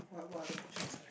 what what are the options select